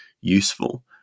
useful